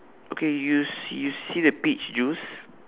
okay you see you see the peach juice